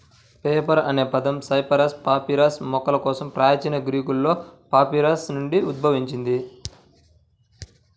paper అనే పదం cyperus papyrus మొక్క కోసం ప్రాచీన గ్రీకులో పాపిరస్ నుండి ఉద్భవించింది